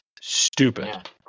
stupid